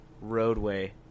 roadway